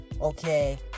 okay